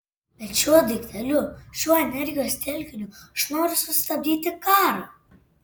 bet šiuo daikteliu šiuo energijos telkiniu aš noriu sustabdyti karą